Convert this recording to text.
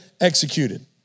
executed